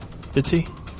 Bitsy